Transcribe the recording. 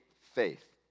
faith